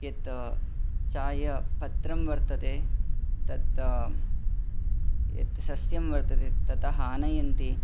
यत् चायपत्रं वर्तते तत् यत् सस्यं वर्तते ततः आनयन्ति